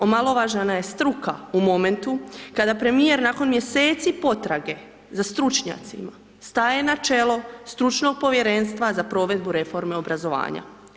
Omalovažavana je struka u momentu kada premijer nakon mjeseci potrage za stručnjacima, staje na čelo stručnog povjerenstva za provedbu reforme obrazovanja.